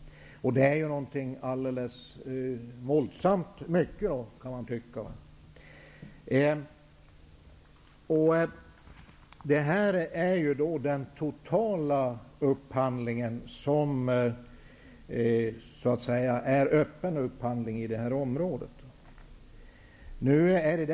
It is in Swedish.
Man kan tycka att det är alldeles våldsamt mycket. Det är den totala upphandling som är öppen i detta område.